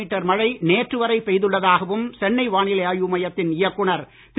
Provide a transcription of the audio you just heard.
me மழை நேற்று வரை பெய்துள்ளதாகவும் சென்னை வானிலை ஆய்வு மையத்தின் இயக்குனர் திரு